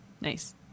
Nice